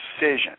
decision